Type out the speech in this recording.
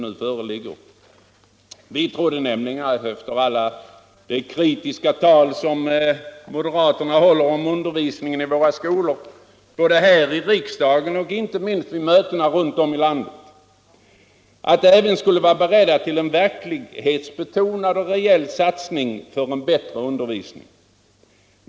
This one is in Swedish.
Vi trodde nämligen, efter alla de kritiska tal som moderaterna håller om undervisningen i våra skolor både här i riksdagen och inte minst vid möten runt om i landet, att även de skulle vara beredda till en verklighetsbetonad och rejäl satsning för en bättre undervisning.